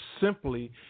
simply